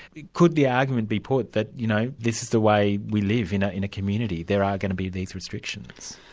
could the argument be put that you know this is the way we live in ah in a community? there are going to be these restrictions?